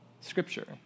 Scripture